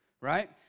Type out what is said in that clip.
right